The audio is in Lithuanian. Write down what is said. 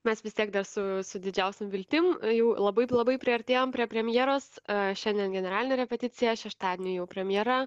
mes vis tiek dar su su didžiausiom viltim jau labai labai priartėjom prie premjeros šiandien generalinė repeticija šeštadienį jau premjera